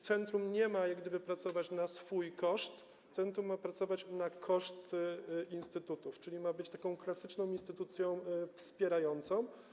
Centrum nie ma jak gdyby pracować na swój koszt, centrum ma pracować na koszt instytutów, czyli ma być taką klasyczną instytucją wpierającą.